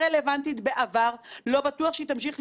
לא גזר ולא מקל הכול ביחד.